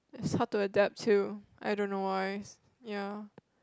is hard to adapt too I dont know why